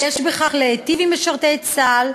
יש בכך להיטיב עם משרתי צה"ל,